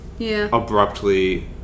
abruptly